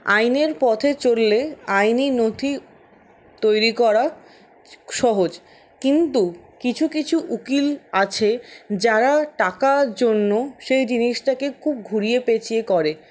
আইনের পথে চললে আইনি নথি তৈরি করা সহজ কিন্তু কিছু কিছু উকিল আছে যারা টাকার জন্য সেই জিনিসটাকে খুব ঘুরিয়ে পেঁচিয়ে করে